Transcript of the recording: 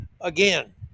Again